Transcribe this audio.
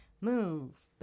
Move